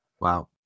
wow